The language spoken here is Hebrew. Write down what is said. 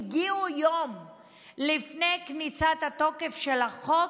הגיעו יום לפני כניסת התוקף של החוק,